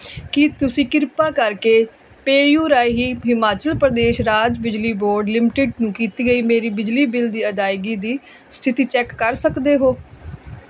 ਕੀ ਤੁਸੀਂ ਕਿਰਪਾ ਕਰਕੇ ਪੇਯੂ ਰਾਹੀਂ ਹਿਮਾਚਲ ਪ੍ਰਦੇਸ਼ ਰਾਜ ਬਿਜਲੀ ਬੋਰਡ ਲਿਮਟਿਡ ਨੂੰ ਕੀਤੀ ਗਈ ਮੇਰੀ ਬਿਜਲੀ ਬਿੱਲ ਦੀ ਅਦਾਇਗੀ ਦੀ ਸਥਿਤੀ ਚੈਕ ਕਰ ਸਕਦੇ ਹੋ